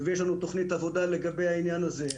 ויש לנו תכנית עבודה לגבי העניין הזה.